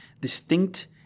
distinct